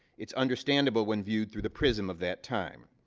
it's understandable when viewed through the prism of that time.